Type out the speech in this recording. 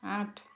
আঠ